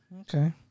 Okay